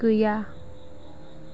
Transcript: गैया